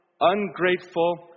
ungrateful